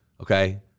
okay